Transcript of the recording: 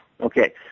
Okay